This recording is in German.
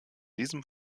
diesem